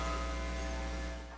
and